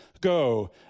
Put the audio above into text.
go